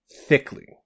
thickly